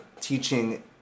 teaching